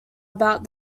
about